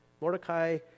Mordecai